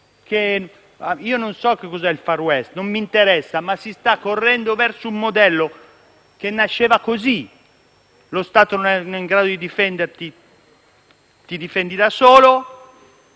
Io non so che cos'è il *far west* e non mi interessa, ma si sta correndo verso un modello che nasceva così: lo Stato non è in grado di difenderli e quindi i